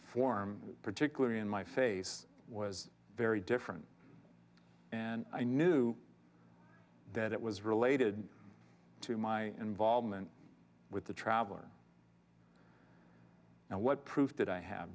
form particularly in my face was very different and i knew that it was related to my involvement with the traveler and what proof that i have